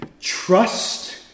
Trust